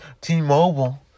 T-Mobile